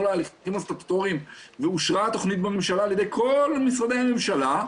ההליכים הסטטוטוריים ואושרה התכנית בממשלה על ידי כל משרדי הממשלה,